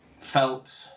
felt